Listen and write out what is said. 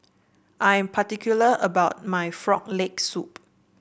I'm particular about my Frog Leg Soup